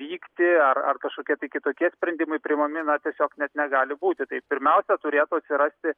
vykti ar ar kažkokie kitokie sprendimai priimami na tiesiog net negali būti tai pirmiausia turėtų atsirasti